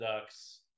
ducks